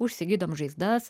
užsigydom žaizdas